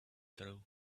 through